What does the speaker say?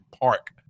park